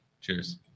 Cheers